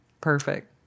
perfect